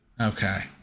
Okay